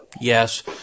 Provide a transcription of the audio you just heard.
Yes